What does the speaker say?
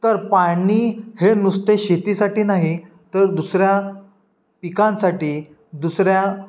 तर पाणी हे नुसते शेतीसाठी नाही तर दुसऱ्या पिकांसाठी दुसऱ्या